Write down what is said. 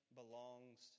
belongs